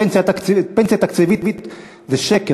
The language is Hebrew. פנסיה תקציבית זה שקר.